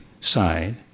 side